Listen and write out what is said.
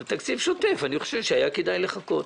עם התקציב השוטף אני חושב שהיה כדאי לחכות.